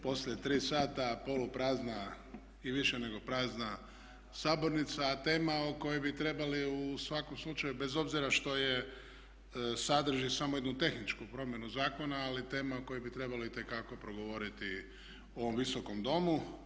Poslije tri sata poluprazna i više nego prazna sabornica a tema o kojoj bi trebali u svakom slučaju bez obzira što sadrži samo jednu tehničku promjenu zakona ali tema o kojoj bi trebalo itekako progovoriti u ovom visokom domu.